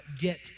get